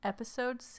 Episode